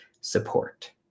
support